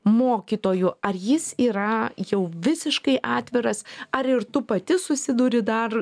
mokytoju ar jis yra jau visiškai atviras ar ir tu pati susiduri dar